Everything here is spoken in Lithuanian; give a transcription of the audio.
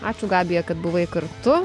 ačiū gabija kad buvai kartu